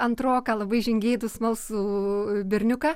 antroką labai žingeidų smalsų berniuką